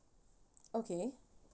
okay